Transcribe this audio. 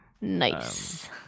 Nice